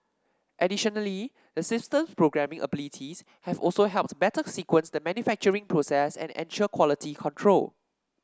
additionally the system's programming abilities have also helped better sequence the manufacturing process and ensure quality control